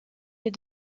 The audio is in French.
les